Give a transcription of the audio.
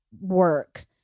work